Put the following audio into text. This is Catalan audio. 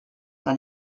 del